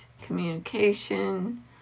communication